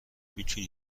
میتونی